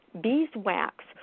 beeswax